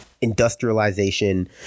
industrialization